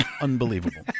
unbelievable